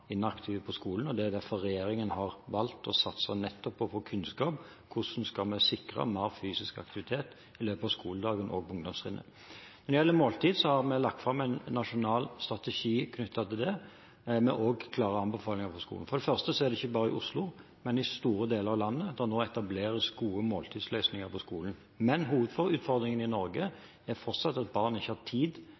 inaktive på skolen. Det er derfor regjeringen har valgt å satse på å få kunnskap om hvordan vi skal sikre mer fysisk aktivitet i løpet av skoledagen på ungdomstrinnet. Når det gjelder måltider, har vi lagt fram en nasjonal strategi for det. Vi har også klare anbefalinger overfor skolene. For det første er det ikke bare i Oslo, men i store deler av landet at det etableres gode måltidsløsninger på skolen. Men hovedutfordringen i Norge er fortsatt at barn ikke har tid